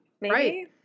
Right